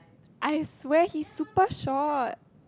I swear he super short